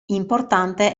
importante